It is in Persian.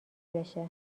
بشه